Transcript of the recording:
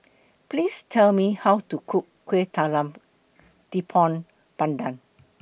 Please Tell Me How to Cook Kueh Talam Tepong Pandan